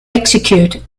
execute